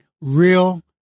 real